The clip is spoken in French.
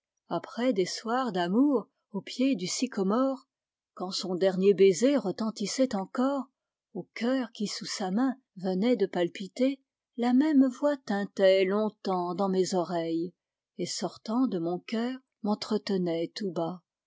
après des soirs d'amour au pied du sycomore quand son dernier baiser retentissait encore au cœur qui sous sa main venait de palpiter la même voix tintait long-temps dans mes oreilles et sortant de mon cœur m'entretenait tout bas